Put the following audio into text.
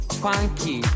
funky